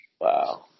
Wow